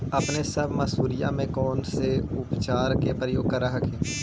अपने सब मसुरिया मे कौन से उपचार के प्रयोग कर हखिन?